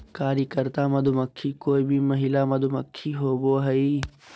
कार्यकर्ता मधुमक्खी कोय भी महिला मधुमक्खी होबो हइ